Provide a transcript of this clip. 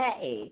hey